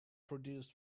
produced